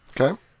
Okay